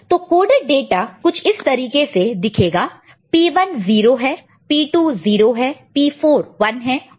तो coded data कुछ इस तरीके से दिखेगा P1 0 है P2 0 है P4 1 है